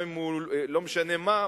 לא משנה איזה,